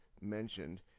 mentioned